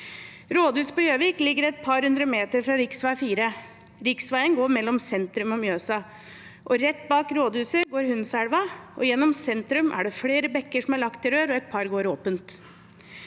Rådhuset på Gjøvik ligger et par hundre meter fra rv. 4. Riksveien går mellom sentrum og Mjøsa, rett bak rådhuset går Hunnselva, og gjennom sentrum er det flere bekker som er lagt i rør, og et par som går åpent.